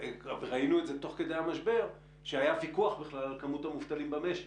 ראינו את זה תוך כדי המשבר שהיה ויכוח בכלל על כמות המוטלים במשק.